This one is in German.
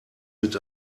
mit